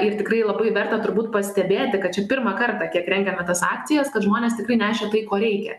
ir tikrai labai verta turbūt pastebėjote kad čia pirmą kartą kiek rengiame tas akcijas kad žmonės tikrai nešė tai ko reikia